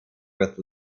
with